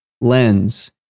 lens